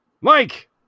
Mike